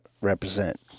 represent